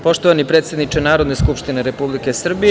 Poštovani predsedniče Narodne skupštine Republike Srbije…